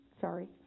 sorry